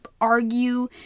argue